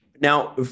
Now